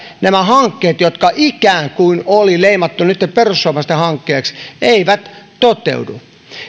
nämä hankkeet jotka ikään kuin oli leimattu nyt jo perussuomalaisten hankkeiksi eivät toteudu